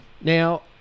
Now